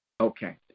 Okay